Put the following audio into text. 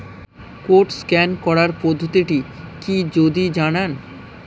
Code scan করার পদ্ধতিটি কি যদি জানান?